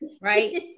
right